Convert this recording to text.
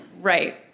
Right